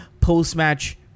post-match